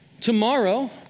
tomorrow